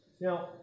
Now